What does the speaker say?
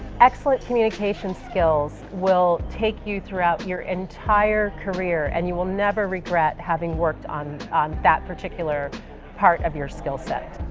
excellent communication skills will take you throughout your entire career and you will never regret having worked on on that particular part of your skillset.